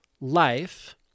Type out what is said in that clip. life